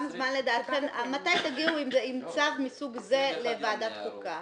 מתי תגיעו עם צו מסוג זה לוועדת החוקה?